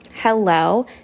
hello